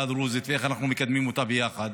הדרוזית ואיך אנחנו מקדמים אותה ביחד,